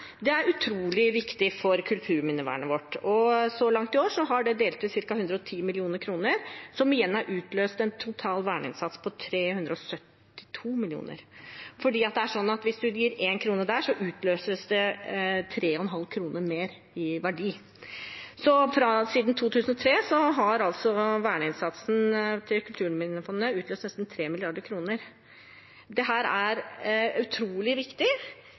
Det er utrolig viktig for kulturminnevernet vårt. Så langt i år har de delt ut ca. 10 mill. kr, som igjen har utløst en total verneinnsats på 372 mill. kr. Hvis det gis én krone der, utløses det 3,5 kr mer i verdi. Siden 2003 har altså verneinnsatsen til Kulturminnefondet utløst nesten 3 mrd. kr. Dette er utrolig viktig.